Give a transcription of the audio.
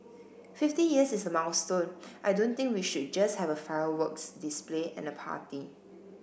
fifty years is a milestone I don't think we should just have a fireworks display and a party